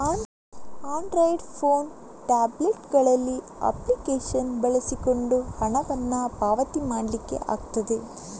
Android phone, tablet ಗಳಲ್ಲಿ application ಬಳಸಿಕೊಂಡು ಹಣವನ್ನ ಪಾವತಿ ಮಾಡ್ಲಿಕ್ಕೆ ಆಗ್ತದೆ